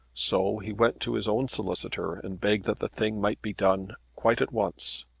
so he went to his own solicitor and begged that the thing might be done quite at once.